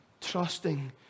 trusting